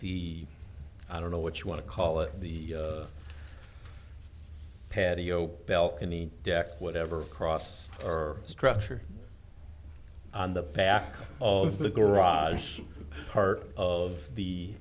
the i don't know what you want to call it the patio bell in the deck whatever cross or structure on the back of the garage part of the